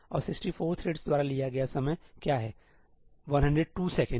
और 64 थ्रेड्स द्वारा लिया गया समय क्या है 102 सेकंड